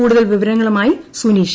കൂടുതൽ വിവരങ്ങളുമായി സുനീഷ്